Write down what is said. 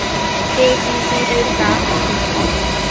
KCC ऋण का होथे?